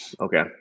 Okay